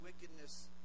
wickedness